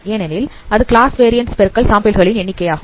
ஏனெனில் அது class variance பெருக்கல் சாம்பிள் களின் எண்ணிக்கை ஆகும்